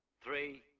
three